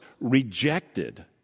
rejected